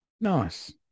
nice